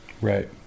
Right